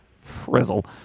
Frizzle